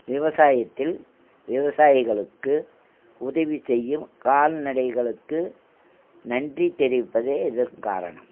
விவசாயத்தில் விவசாயிகளுக்கு உதவி செய்யும் கால்நடைகளுக்கு நன்றி தெரிவிப்பதே இதற்கு காரணம்